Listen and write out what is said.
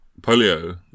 Polio